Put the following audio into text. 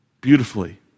beautifully